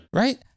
right